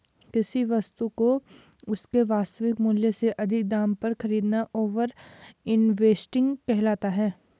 किसी वस्तु को उसके वास्तविक मूल्य से अधिक दाम पर खरीदना ओवर इन्वेस्टिंग कहलाता है